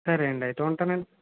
సరే అండి అయితే ఉంటానండి